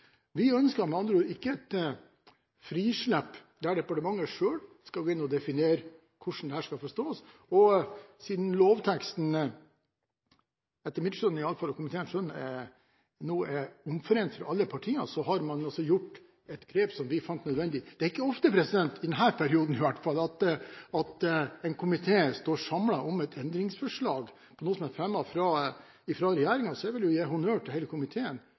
Vi ønsker med andre ord ikke et frislepp der departementet selv skal gå inn og definere hvordan dette skal forstås, og siden lovteksten – etter mitt og komiteens skjønn, iallfall – nå er omforent fra alle partier, har man altså gjort et grep vi fant nødvendig. Det er ikke ofte – i denne perioden, i hvert fall – at en komité står samlet om et endringsforslag til noe som er fremmet fra regjeringen, så jeg vil gi honnør til hele komiteen